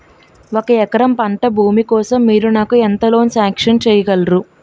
ఒక ఎకరం పంట భూమి కోసం మీరు నాకు ఎంత లోన్ సాంక్షన్ చేయగలరు?